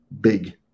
big